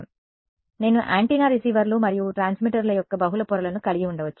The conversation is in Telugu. కాబట్టి నేను యాంటెన్నా రిసీవర్లు మరియు ట్రాన్స్మిటర్ల యొక్క బహుళ పొరలను కలిగి ఉండవచ్చు